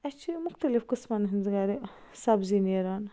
اَسہِ چھِ یِم مختٔلف قٕسمن ہنٛز گرِ سبزی نیران